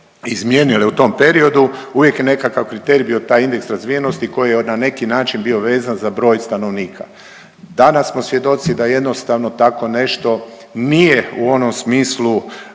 izmijenile u tom periodu uvijek je nekakav kriterij bio taj indeks razvijenosti koji je na neki način bio vezan za broj stanovnika. Danas smo svjedoci da jednostavno tako nešto nije u onom smislu